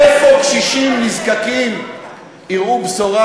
איפה קשישים נזקקים יראו בשורה,